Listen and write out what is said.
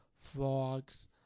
frogs